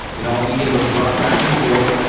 and all we do is rock back and forth,